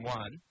one